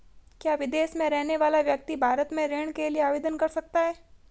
क्या विदेश में रहने वाला व्यक्ति भारत में ऋण के लिए आवेदन कर सकता है?